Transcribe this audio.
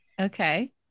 okay